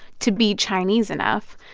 to be chinese enough,